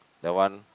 that one